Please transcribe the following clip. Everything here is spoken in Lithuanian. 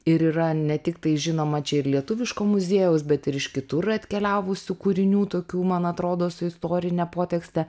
ir yra ne tik tai žinoma čia ir lietuviško muziejaus bet ir iš kitur atkeliavusių kūrinių tokių man atrodo su istorine potekste